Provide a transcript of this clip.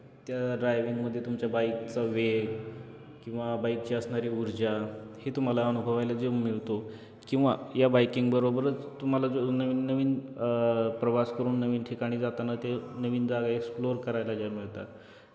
त्या ड्रायविंगमध्ये तुमच्या बाईकचा वेग किंवा बाईकची असणारी ऊर्जा हे तुम्हाला अनुभवायला जे मिळतो किंवा या बाईकिंगबरोबरच तुम्हाला जो नवीन नवीन प्रवास करून नवीन ठिकाणी जाताना ते नवीन जागा एक्सप्लोर करायला ज्या मिळतात